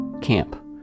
Camp